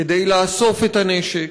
כדי לאסף את הנשק,